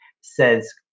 says